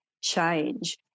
change